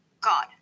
God